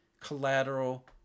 collateral